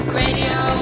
radio